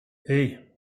hey